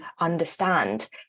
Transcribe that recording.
understand